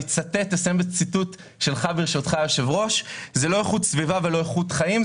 אסיים בציטוט של היושב-ראש: "זה לא איכות סביבה ולא איכות חיים,